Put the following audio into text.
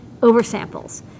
oversamples